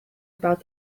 about